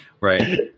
Right